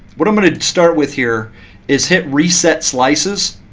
what i'm going to start with here is hit reset slices.